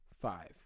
five